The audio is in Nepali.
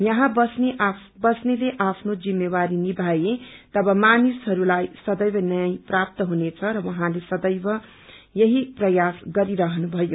यहाँ बस्नेले आफ्नो जिम्मेवारी निभाए तब मानिसहरूलाई सदेव न्याय प्राप्त हुनेछ र उहाँले सदैव यही प्रयास गरिरहनु भयो